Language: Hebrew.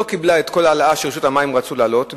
קיבלה את כל ההעלאה שרשות המים רצתה להעלות,